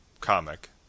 comic